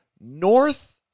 north